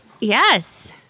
Yes